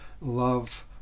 love